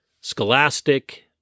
scholastic